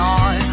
on